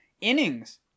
innings